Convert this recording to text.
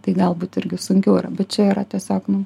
tai galbūt irgi sunkiau yra bet čia yra tiesiog nu